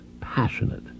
passionate